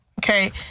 okay